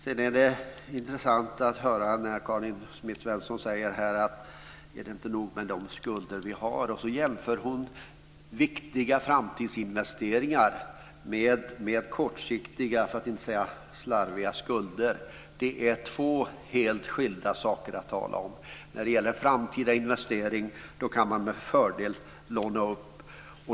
Sedan är det intressant att höra när Karin Svensson Smith frågar om det inte är nog med de skulder vi har och sedan jämför viktiga framtidsinvesteringar med kortsiktiga, för att inte säga slarviga, skulder. Det är två helt skilda saker att tala om. När det gäller framtida investeringar kan man med fördel låna upp.